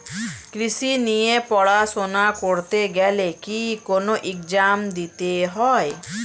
কৃষি নিয়ে পড়াশোনা করতে গেলে কি কোন এগজাম দিতে হয়?